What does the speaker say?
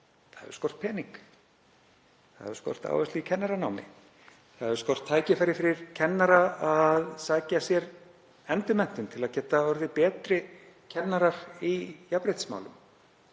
það hefur skort pening. Það hefur skort áherslu í kennaranámi. Það hefur skort tækifæri fyrir kennara til að sækja sér endurmenntun til að geta orðið betri kennarar í jafnréttismálum.